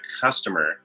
customer